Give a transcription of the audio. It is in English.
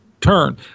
turn